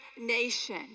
nation